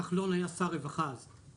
וכחלון היה שר הרווחה אז.